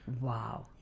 wow